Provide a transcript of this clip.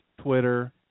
Twitter